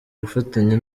gufatanya